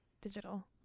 digital